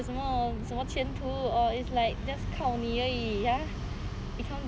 有什么什么前途 or is it like just 靠你而已 !huh!